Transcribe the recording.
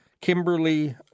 Kimberly